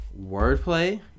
Wordplay